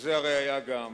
וזו הראיה גם,